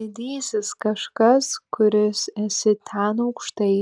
didysis kažkas kuris esi ten aukštai